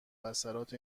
اثرات